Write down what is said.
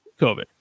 COVID